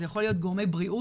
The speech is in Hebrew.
זה יכול להיות גורמי בריאות